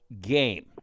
game